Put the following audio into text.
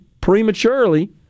prematurely